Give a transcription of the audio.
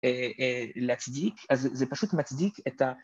‫ולהצדיק, זה פשוט מצדיק, ‫את ה...